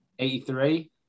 83